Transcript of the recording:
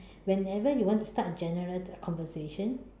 whenever you want to start general conversation